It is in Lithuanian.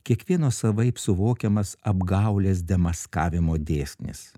kiekvieno savaip suvokiamas apgaulės demaskavimo dėsnis